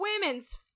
women's